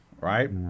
right